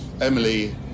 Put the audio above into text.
Emily